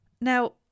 Now